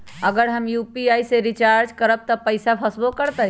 अगर हम यू.पी.आई से रिचार्ज करबै त पैसा फसबो करतई?